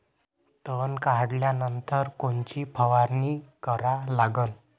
तन काढल्यानंतर कोनची फवारणी करा लागन?